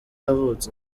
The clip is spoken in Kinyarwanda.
yavutse